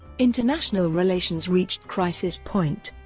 international relations reached crisis point.